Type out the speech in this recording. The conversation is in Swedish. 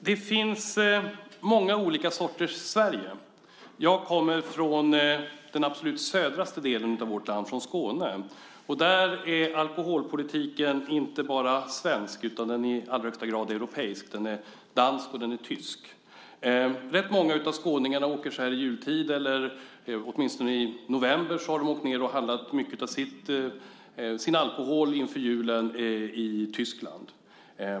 Herr talman! Det finns många olika sorters Sverige. Jag kommer från den del av vårt land som ligger absolut längst söderut, nämligen Skåne. Där är alkoholpolitiken inte bara svensk utan i allra högsta grad europeisk. Den är dansk, och den är tysk. Rätt många av skåningarna åker så här i jultid eller redan i november ned och handlar mycket av sin alkohol inför julen i Tyskland.